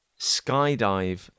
skydive